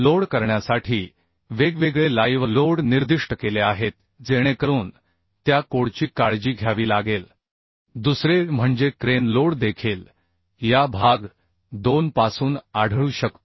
load करण्यासाठी वेगवेगळे live load निर्दिष्ट केले आहेत जेणेकरून त्या कोडची काळजी घ्यावी लागेल दुसरे म्हणजे क्रेन लोड देखील या भाग 2 पासून आढळू शकतो